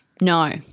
No